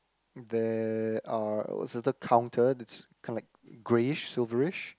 there are what's the the counter that's kinda like greyish silverish